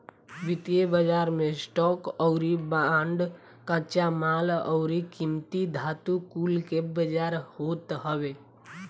वित्तीय बाजार मे स्टॉक अउरी बांड, कच्चा माल अउरी कीमती धातु कुल के बाजार होत हवे